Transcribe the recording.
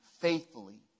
faithfully